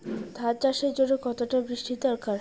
ধান চাষের জন্য কতটা বৃষ্টির দরকার?